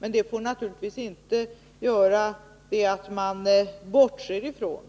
Det får naturligtvis inte leda till att vi bortser från